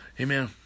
Amen